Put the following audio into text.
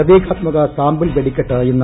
പ്രതീകാത്മക സാമ്പിൾ വെടിക്കെട്ട് ഇന്ന്